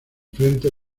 frente